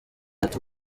ati